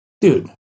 Dude